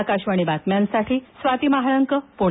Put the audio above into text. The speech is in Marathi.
आकाशवाणी बातम्यांसाठी स्वाती महाळंकपुणे